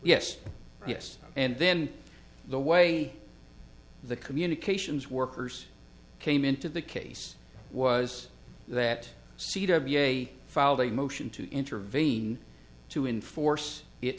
yes yes and then the way the communications workers came into the case was that seat of a filed a motion to intervene to enforce it